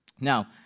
Now